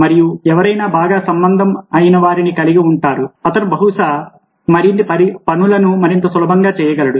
మరియు ఎవరైనా బాగా సంబంధం అయిన వారిని కలిగి ఉంటారు అతను బహుశా మరిన్ని పనులను మరింత సులభంగా చేయగలడు